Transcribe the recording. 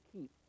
keep